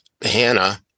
Hannah